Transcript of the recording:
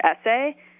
essay